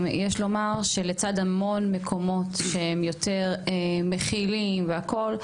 גם יש לומר שלצד המון מקומות שהם יותר מכילים והכל,